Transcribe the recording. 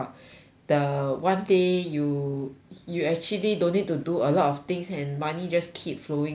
the one day you you actually don't need to do a lot of things and money just keep flowing to you